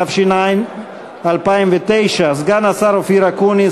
התש"ע 2009. סגן השר אופיר אקוניס,